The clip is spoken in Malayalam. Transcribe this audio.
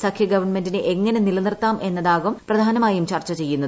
സഖ്യ ഗൺമെന്റിനെ എങ്ങനെ നിലനിർത്താം എന്നതാവും പ്രധാനമായും ചർച്ച ചെയ്യുന്നത്